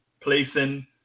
placing